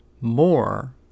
more